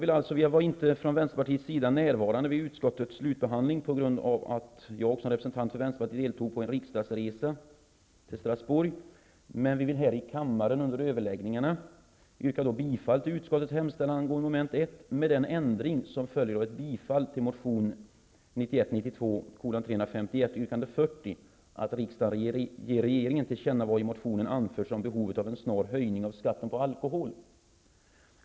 Vänsterpartiet var inte representerat vid utskottets slutbehandling av denna fråga på grund av att jag som representant för Strasbourg, men vi vill här i kammaren under överläggningarna yrka bifall till utskottets hemställan angående mom. 1 med den ändring som följer av ett bifall till motion 1991/92:351 yrkande 40, att riksdagen ger regeringen till känna vad i motionen anförts om behovet av en snar höjning av skatten på alkohol.